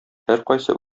һәркайсы